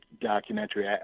documentary